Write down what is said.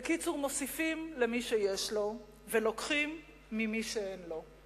בקיצור, מוסיפים למי שיש לו ולוקחים ממי שאין לו.